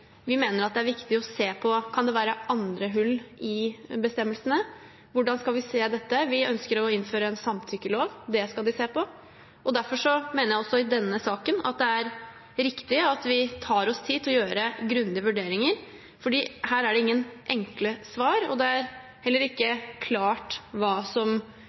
Vi mener at det er viktig å se på: Kan det være andre hull i bestemmelsene? Hvordan skal vi se dette? Vi ønsker å innføre en samtykkelov. Det skal vi se på. Derfor mener jeg også i denne saken at det er riktig at vi tar oss tid til å gjøre grundige vurderinger, for her er det ingen enkle svar, og det er heller ikke klart